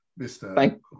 Mr